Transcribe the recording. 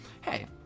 hey